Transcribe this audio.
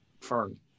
firm